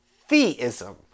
theism